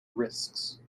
risks